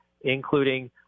including